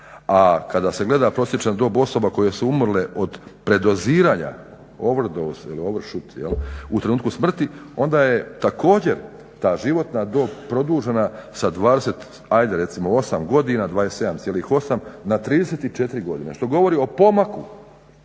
A kada se gleda prosječna dob osoba koje su umrle od predoziranja, overdose ili overshut u trenutku smrti onda je također ta životna dob produžena sa 28 recimo godina, 27,8 na 34 godine. Što govori o pomaku